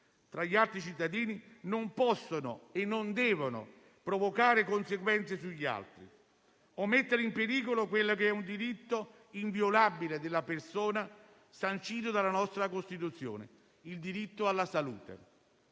tra gli altri cittadini non possono e non devono provocare conseguenze sugli altri o mettere in pericolo un diritto inviolabile della persona sancito dalla nostra Costituzione: il diritto alla salute.